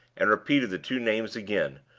and repeated the two names again,